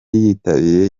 yitabiriye